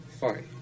Fine